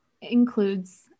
includes